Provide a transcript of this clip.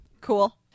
cool